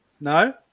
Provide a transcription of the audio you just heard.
no